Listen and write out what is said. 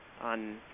on